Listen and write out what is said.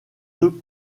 deux